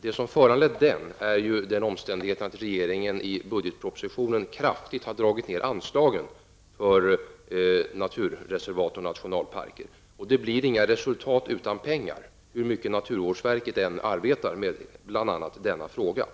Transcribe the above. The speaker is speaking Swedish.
Det som föranlett frågan är omständigheten att regeringen i budgetpropositionen kraftigt har dragit ned anslagen för naturreservaten och nationalparker. Det blir inga resultat utan pengar, hur mycket naturvårdsverket än arbetar med bl.a. denna fråga.